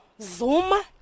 Zuma